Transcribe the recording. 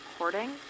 recording